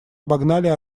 обогнали